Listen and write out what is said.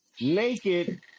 naked